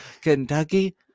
Kentucky